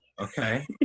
okay